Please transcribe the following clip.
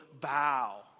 bow